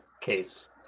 case